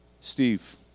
Steve